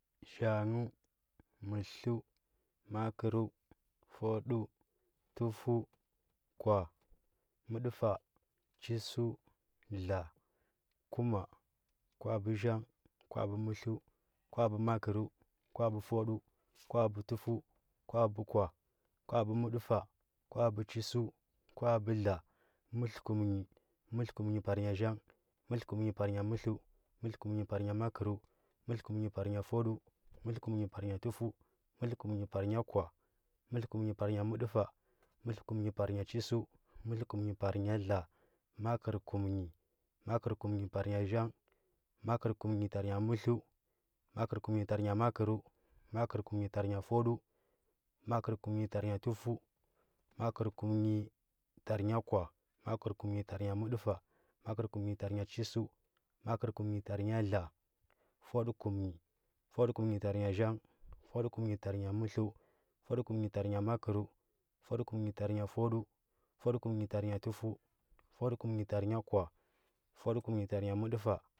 Zhanghəu, mətləu, makənəu fudau, tufeu, kwa, mədəfa, chəsəu dla kuma, kwabu zangh, kwabu mətlə kula bu makər, kwabu fudəu, kala bu tufəu, kwabu kwa, kwabu mədəfa kwabu chəsəu, kwabu dla mətlə kum nyi, mətlə kum nyi tar nya zhang mətlə kumnyi tar nya mətləu mətə kumnyi tarnya makərəu, mətləkum nyi tarnya fudəu mətla kumanyyi ta nya tufəu, mətlə kumnyi tarnya kwa makər kum nyi tarnya mədəfa maker kum nyi tarnya chəsəu, makər kum nyi tar nya dla, fudəkum nyi, fudəkum nyi tarnya zhang fudəu kumm ny tar nya mətləu fudzu kun nyi tar nya fudəu, fudzu kumn nyi tarnya tufeu, fudəu kum nyi tarnya kwa, fudəu kum nyi tarnya mədəfa.